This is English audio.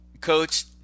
Coach